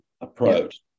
approach